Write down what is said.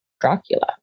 Dracula